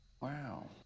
Wow